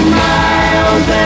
miles